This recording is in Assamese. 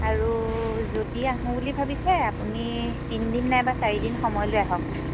আৰু যদি আহোঁ বুলি ভাবিছে আপুনি তিনিদিন নাইবা চাৰিদিন সময়লৈ আহক